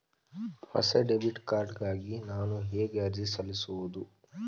ಹೊಸ debit card ಗಾಗಿ ನಾನು ಹೇಗೆ ಅರ್ಜಿ ಸಲ್ಲಿಸುವುದು?